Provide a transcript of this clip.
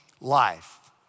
life